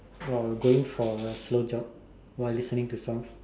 going for a slow jog while listening to songs